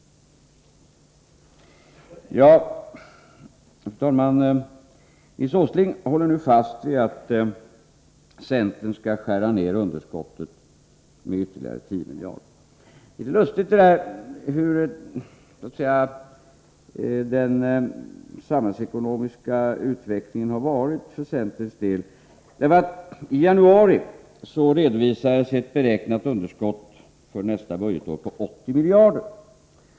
Fru talman! Nils Åsling håller nu fast vid att centern skall skära ned underskottet med ytterligare 10 miljarder kronor. Den samhällsekonomiska utvecklingen har varit litet lustig för centerns del. I januari redovisades nämligen ett beräknat underskott för nästa budgetår på 80 miljarder kronor.